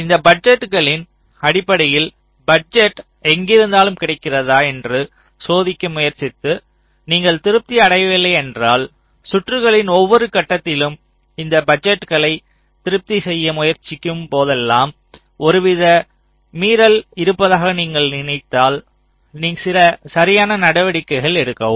இந்த பட்ஜெட்களின் அடிப்படையில் பட்ஜெட் எங்கிருந்தாலும் கிடைக்கிறதா என்று சோதிக்க முயற்சித்து நீங்கள் திருப்தி அடையவில்லை என்றால் சுற்றுகளின் ஒவ்வொரு கட்டத்திலும் இந்த பட்ஜெட்களை திருப்தி செய்ய முயற்சிக்கும் போதெல்லாம் ஒருவித மீறல் இருப்பதாக நினைத்தால் நீங்கள் சில சரியான நடவடிக்கைகளை எடுக்கவும்